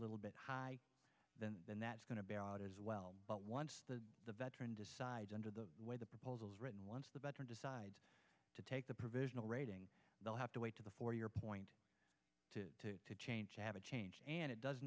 little bit high then that's going to bear out as well but once the the veteran decides under the way the proposals written once the veteran decides to take the provisional rating they'll have to wait to the for your point to to change to have a change and it does